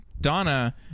Donna